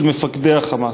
של מפקדי ה"חמאס".